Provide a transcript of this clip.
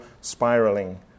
spiraling